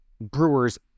Brewers